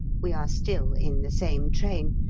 we are still in the same train,